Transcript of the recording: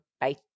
bye